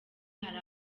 hari